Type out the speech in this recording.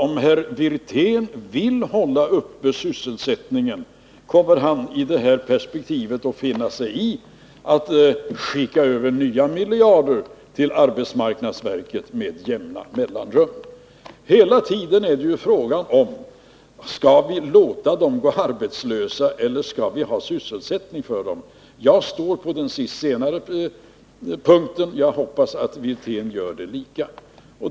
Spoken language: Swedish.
Om herr Wirtén vill hålla uppe sysselsättningen, kommer han då i det perspektivet att finna sig i att nya miljarder skickas över till arbetsmarknadsverket med jämna mellanrum? Hela tiden är det ju fråga om huruvida vi skall låta människor gå arbetslösa eller om vi skall ha sysselsättning för dem. Jag ansluter mig till det senare alternativet, och jag hoppas att herr Wirtén gör detsamma.